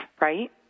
right